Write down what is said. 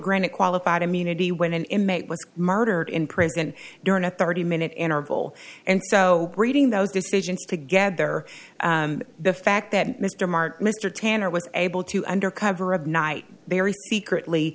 granted qualified immunity when an inmate was murdered in prison during a thirty minute interval and so reading those decisions together the fact that mr martin mr tanner was able to under cover of night very secretly